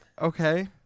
Okay